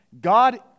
God